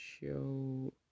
show